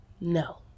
No